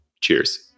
Cheers